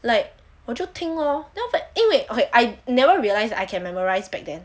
like 我就听 lor then after that 因为 okay I never realised I can memorise back then